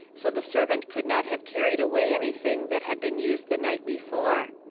so the servant could not have carried away anything that had been used the night before.